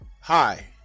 Hi